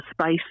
space